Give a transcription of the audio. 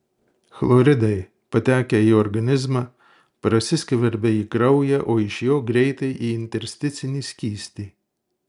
chloridai patekę į organizmą prasiskverbia į kraują o iš jo greitai į intersticinį skystį